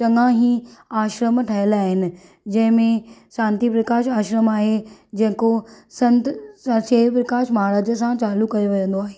चङा ई आश्रमु ठहियल आहिनि जंहिंमें शांती प्रकाश आश्रमु आहे जेको संत देव प्रकाश महाराज सां चालू कयो वेंदो आहे